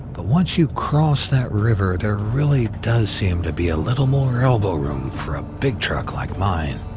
but once you cross that river there really does seem to be a little more elbow room for a big truck like mine.